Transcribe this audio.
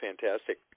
fantastic